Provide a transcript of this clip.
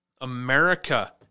America